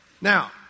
Now